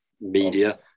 media